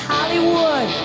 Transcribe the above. Hollywood